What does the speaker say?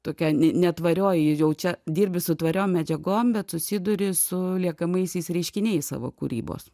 tokia ne netvarioji jau čia dirbi su tvariom medžiagom bet susiduri su liekamaisiais reiškiniais savo kūrybos